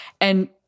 And-